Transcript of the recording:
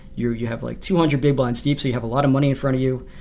you you have like two hundred big blinds deep, so you have a lot of money in front you.